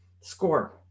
Score